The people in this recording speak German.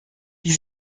die